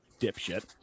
dipshit